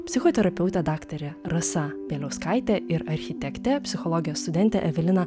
psichoterapeutė daktarė rasa bieliauskaitė ir architektė psichologijos studentė evelina